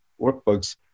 workbooks